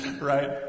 Right